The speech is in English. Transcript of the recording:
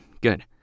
good